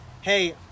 hey